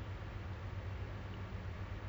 you know sign up for